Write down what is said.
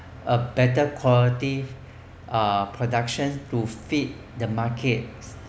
a better quality uh production to feed the market